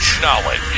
Knowledge